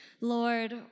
Lord